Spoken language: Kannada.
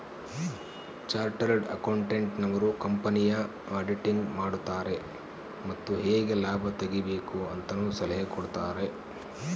ಚಾರ್ಟೆಡ್ ಅಕೌಂಟೆಂಟ್ ನವರು ಕಂಪನಿಯ ಆಡಿಟಿಂಗ್ ಮಾಡುತಾರೆ ಮತ್ತು ಹೇಗೆ ಲಾಭ ತೆಗಿಬೇಕು ಅಂತನು ಸಲಹೆ ಕೊಡುತಾರೆ